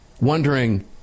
Wondering